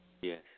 Yes